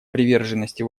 приверженности